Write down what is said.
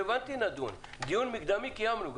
דיון מקדמי קיימנו.